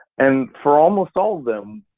and for almost all of them,